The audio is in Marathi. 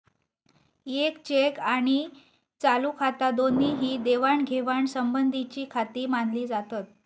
येक चेक आणि चालू खाता दोन्ही ही देवाणघेवाण संबंधीचीखाती मानली जातत